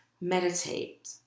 meditate